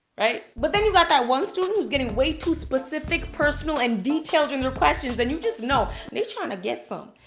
right? but then you've got that one student who's getting way too specific, personal, and detailed in their questions, and you just know, they're trying to get some.